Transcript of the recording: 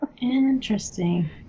interesting